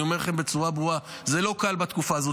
אני אומר לכם בצורה ברורה, זה לא קל בתקופה הזו.